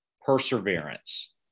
perseverance